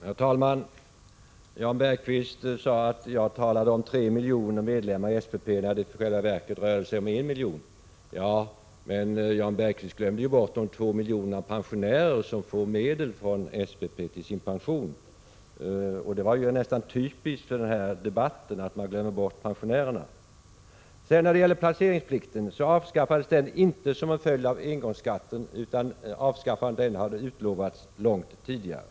Herr talman! Jan Bergqvist pekade på att jag talade om 3 miljoner medlemmar i SPP och framhöll att det ju i själva verket rör sig om 1 miljon medlemmar. Ja, men Jan Bergqvist glömde då bort de 2 miljoner pensionärer som får medel från SPP till sin pension. Det är väl typiskt för denna debatt att man glömmer bort pensionärerna. När det sedan gäller placeringsplikten vill jag framhålla att den inte avskaffades som en följd av engångsskatten, utan avskaffandet av placeringsplikten hade utlovats långt tidigare.